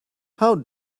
how